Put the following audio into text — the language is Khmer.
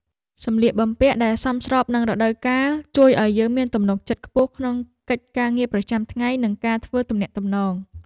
សម្លៀកបំពាក់ដែលសមស្របនឹងរដូវកាលជួយឱ្យយើងមានទំនុកចិត្តខ្ពស់ក្នុងកិច្ចការងារប្រចាំថ្ងៃនិងការធ្វើទំនាក់ទំនង។